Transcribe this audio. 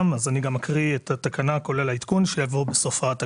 אקריא את התקנה כולל העדכון שיבוא בסופה.